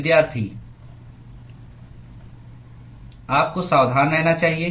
आपको सावधान रहना चाहिए